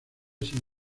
sin